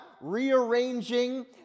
rearranging